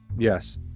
Yes